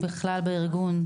בארגון,